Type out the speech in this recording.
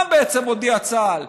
מה בעצם הודיע צה"ל?